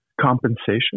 compensation